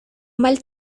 mal